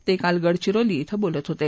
ते काल गडचिरोली इथं बोलत होते